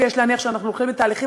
ויש להניח שאנחנו הולכים לתהליכים